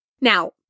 Now